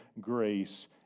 grace